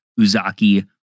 Uzaki